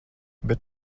bet